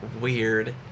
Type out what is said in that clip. Weird